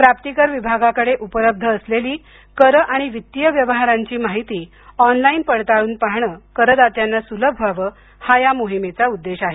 प्राप्तीकर विभागाकडे उपलब्ध असलेली कर आणि वित्तीय व्यवहारांची माहिती ऑनलाईन पडताळून पाहणं करदात्यांना सुलभ व्हावं हा या मोहीमेचा उद्देश आहे